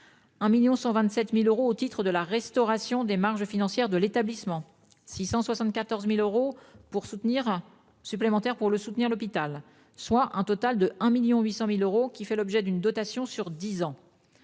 1,127 million d'euros au titre de la restauration des marges financières de l'établissement ; 674 000 euros supplémentaires pour soutenir l'hôpital, soit un total de 1,8 million d'euros, qui fait l'objet d'une dotation sur dix ans.